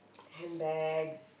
handbags